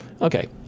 Okay